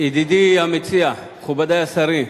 ידידי המציע, מכובדי השרים,